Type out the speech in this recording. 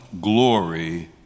glory